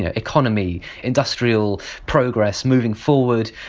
ah economy, industrial progress, moving forward.